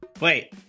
Wait